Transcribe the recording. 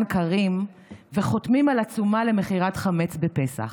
כרים / וחותמים על עצומה למכירת חמץ / בפסח.